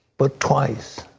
but twice.